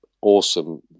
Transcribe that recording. awesome